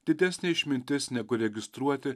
didesnė išmintis negu registruoti